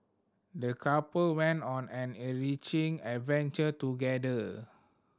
the couple went on an enriching adventure together